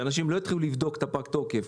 שאנשים לא יתחילו לבדוק את הפג תוקף,